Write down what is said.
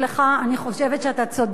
אני חושבת שאתה צודק,